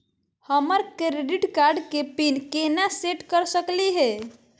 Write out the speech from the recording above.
हमर credit card के PIN केना सेट कर सकली हे?